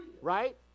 Right